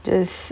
this